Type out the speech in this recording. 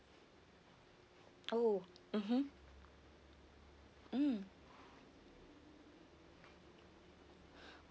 oh mmhmm mm